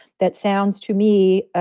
that sounds to me.